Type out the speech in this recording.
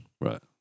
right